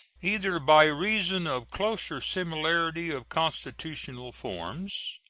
either by reason of closer similarity of constitutional forms,